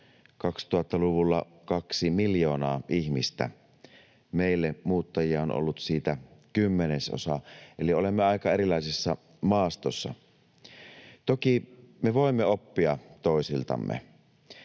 2000-luvulla kaksi miljoonaa ihmistä. Meille muuttajia on ollut siitä kymmenesosa, eli olemme aika erilaisessa maastossa. Toki me voimme oppia toisiltamme.